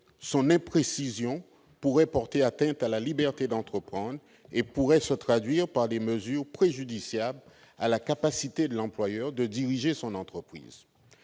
son imprécision pourrait porter atteinte à la liberté d'entreprendre et pourrait se traduire par des mesures préjudiciables à la capacité de l'employeur à diriger son entreprise.